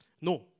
No